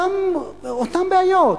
אותן בעיות.